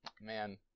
Man